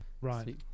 right